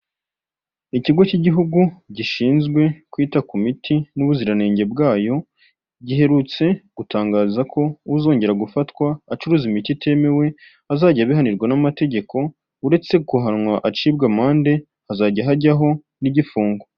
Ikigo cy'Igihugu gishinzwe kwita ku miti n'ubuziranenge bwayo, giherutse gutangaza ko uzongera gufatwa acuruza imiti itemewe, azajya abihanirwa n'amategeko, uretse guhanwa acibwa amande, hazajya hajyaho n'igifungo.